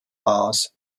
aas